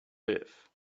live